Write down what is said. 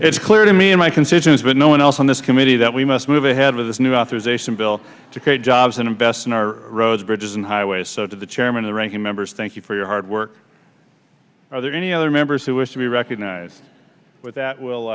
it's clear to me and my constituents but no one else on this committee that we must move ahead with this new authorization bill to create jobs and invest in our roads bridges and highways so to the chairman the ranking members thank you for your hard work are there any other members who wish to be recognized but that will